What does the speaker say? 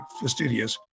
fastidious